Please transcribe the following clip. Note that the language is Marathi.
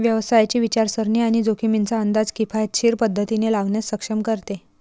व्यवसायाची विचारसरणी आणि जोखमींचा अंदाज किफायतशीर पद्धतीने लावण्यास सक्षम करते